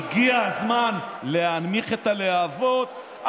הגיע הזמן להנמיך את הלהבות,